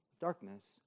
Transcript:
darkness